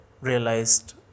realized